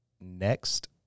next